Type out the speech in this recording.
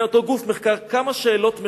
כמה שאלות מחקר.